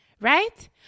right